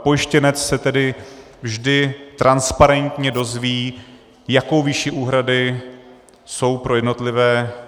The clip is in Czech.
Pojištěnec se tedy vždy transparentně dozví, jakou výši úhrady jsou pro jednotlivé...